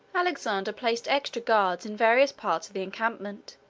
alexander placed extra guards in various parts of the encampment,